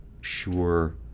sure